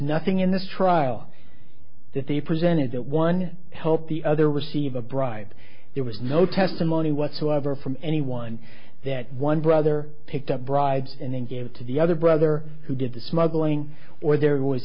nothing in this trial that they presented that one helped the other receive a bribe there was no testimony whatsoever from anyone that one brother picked up bribes and then gave it to the other brother who did the smuggling or there was